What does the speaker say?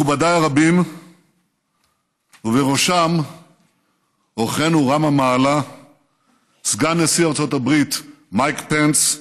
מכובדיי הרבים ובראשם אורחנו רם המעלה סגן נשיא ארצות הברית מייק פנס,